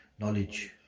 knowledge